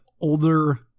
older